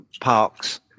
parks